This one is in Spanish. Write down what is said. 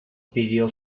pidió